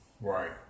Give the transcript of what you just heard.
Right